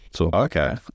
Okay